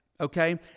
okay